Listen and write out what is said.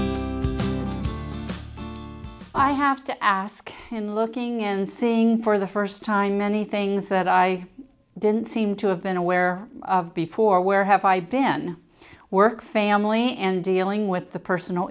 i have to ask in looking and seeing for the first time many things that i didn't seem to have been aware of before where have i been work family and dealing with the personal